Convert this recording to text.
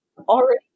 already